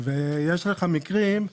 ורוצה לתפעל חוף,